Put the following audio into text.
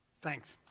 thanks.